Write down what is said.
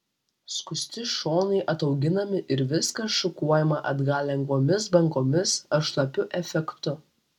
skusti šonai atauginami ir viskas šukuojama atgal lengvomis bangomis ar šlapiu efektu